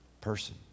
person